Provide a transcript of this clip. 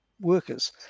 workers